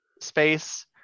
space